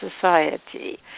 society